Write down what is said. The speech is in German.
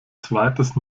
zweites